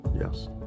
yes